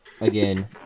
again